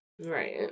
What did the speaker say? Right